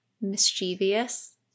mischievous